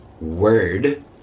word